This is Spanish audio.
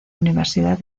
universidad